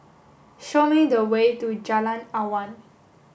show me the way to Jalan Awan